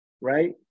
right